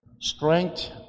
strength